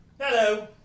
Hello